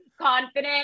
confident